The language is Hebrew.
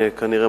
כנראה,